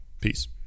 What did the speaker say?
peace